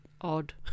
odd